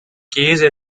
cage